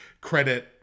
credit